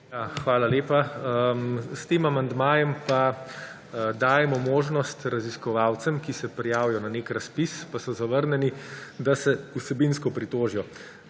Hvala lepa. S tem amandmajem pa dajemo možnost raziskovalcem, ki se prijavijo na nek razpis in so zavrnjeni, da se vsebinsko pritožijo.